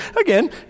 again